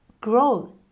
grow